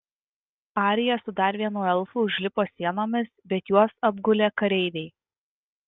arija su dar vienu elfu užlipo sienomis bet juos apgulė kareiviai